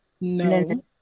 No